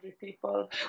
people